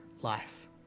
life